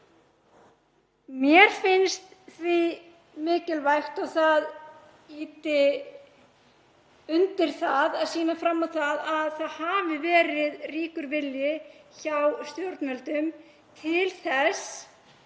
Mér finnst því mikilvægt og það ýti undir það að sýna fram á að það hafi verið ríkur vilji hjá stjórnvöldum til þess